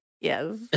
yes